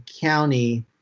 county